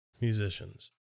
Musicians